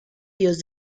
dios